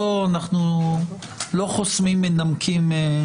בוועדה הזאת אנחנו לא חוסמים מנמקים.